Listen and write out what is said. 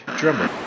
drummer